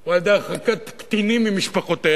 או על-ידי הרחקת קטינים ממשפחותיהם,